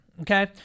Okay